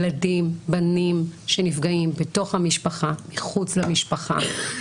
ילדים, בנים, שנפגעים בתוך המשפחה, מחוץ למשפחה.